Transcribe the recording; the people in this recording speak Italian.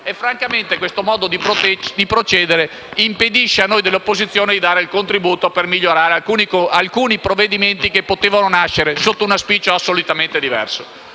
Francamente questo modo di procedere impedisce a noi dell'opposizione di dare un contributo per migliorare alcuni provvedimenti che potevano nascere sotto un auspicio assolutamente diverso.